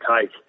take